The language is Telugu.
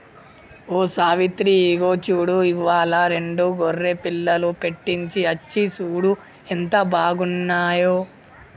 ఓ సావిత్రి ఇగో చూడు ఇవ్వాలా రెండు గొర్రె పిల్లలు పెట్టింది అచ్చి సూడు ఎంత బాగున్నాయో